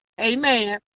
Amen